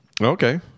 okay